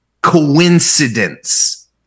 coincidence